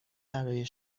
برای